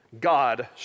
God